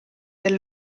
del